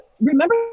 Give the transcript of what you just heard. remember